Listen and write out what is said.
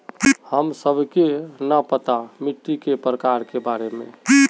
हमें सबके न पता मिट्टी के प्रकार के बारे में?